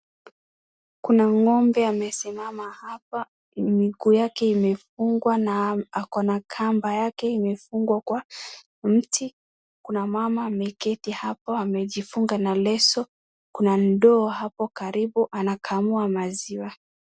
Kuna ng'ombe amesimama hapa, miguu yake imefungwa na ako na kamba yake imefungwa kwa mti. Kuna mama ameketi hapo amejifunga na leso, kuna ndoo hapo karibu, anakamua maziwa.